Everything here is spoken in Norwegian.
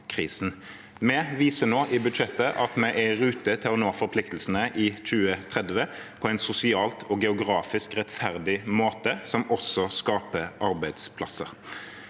Vi viser nå i budsjettet at vi er i rute til å nå forpliktelsene i 2030, på en sosialt og geografisk rettferdig måte, som også skaper arbeidsplasser.